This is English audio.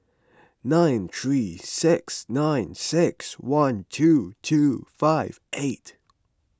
nine three six nine six one two two five eight